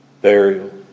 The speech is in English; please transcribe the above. burial